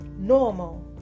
normal